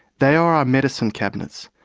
they are our medicine cabinets,